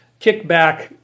kickback